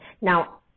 Now